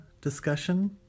discussion